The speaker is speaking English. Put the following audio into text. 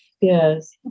yes